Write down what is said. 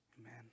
Amen